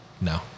No